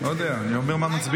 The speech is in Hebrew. אני לא יודע, אני אומר מה מצביעים.